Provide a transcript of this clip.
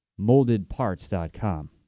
MoldedParts.com